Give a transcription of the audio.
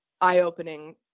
eye-opening